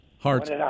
Hearts